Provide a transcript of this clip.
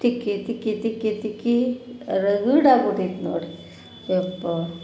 ತಿಕ್ಕಿ ತಿಕ್ಕಿ ತಿಕ್ಕಿ ತಿಕ್ಕಿ ರಗಡ್ ಆಗ್ಬಿಟ್ಟೈತೆ ನೋಡಿ ಯಪ್ಪಾ